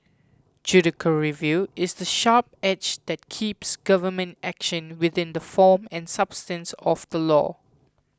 review is the sharp edge that keeps government action within the form and substance of the law